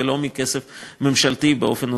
ולא מכסף ממשלתי באופן אוטומטי.